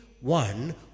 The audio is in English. one